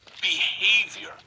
behavior